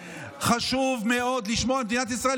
חשוב מאוד לשמור על מדינת ישראל.